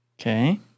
Okay